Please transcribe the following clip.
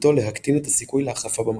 שתכליתו להקטין את הסיכוי להחרפה במצב.